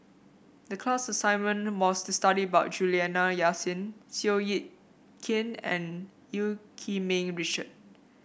the class assignment was to study about Juliana Yasin Seow Yit Kin and Eu Yee Ming Richard